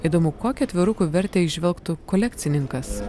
įdomu kokią atvirukų vertę įžvelgtų kolekcininkas